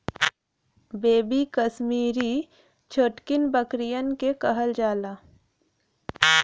baby Kashmiri छोटकिन बकरियन के कहल जाला